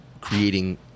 creating